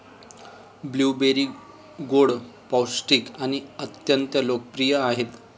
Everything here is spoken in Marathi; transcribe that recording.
ब्लूबेरी गोड, पौष्टिक आणि अत्यंत लोकप्रिय आहेत